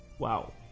Wow